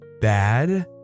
bad